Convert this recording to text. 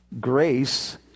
grace